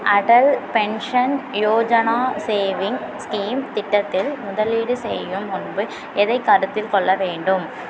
Atal pension Yojana savings scheme திட்டத்தில் முதலீடு செய்யும் முன்பு எதைக் கருத்தில் கொள்ள வேண்டும்